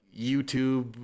YouTube